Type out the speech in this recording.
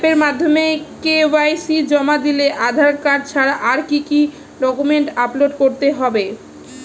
অ্যাপের মাধ্যমে কে.ওয়াই.সি জমা দিলে আধার কার্ড ছাড়া আর কি কি ডকুমেন্টস আপলোড করতে হবে?